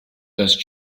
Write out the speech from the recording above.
best